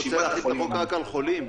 --- את החוק רק על חולים.